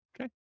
okay